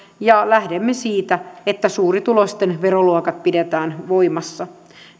ja lähdemme siitä että suurituloisten veroluokat pidetään voimassa